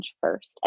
first